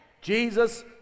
jesus